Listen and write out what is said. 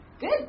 Good